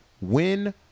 win